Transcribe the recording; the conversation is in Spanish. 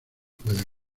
pueda